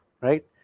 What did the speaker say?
right